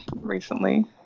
recently